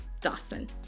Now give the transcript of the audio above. dawson